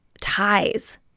ties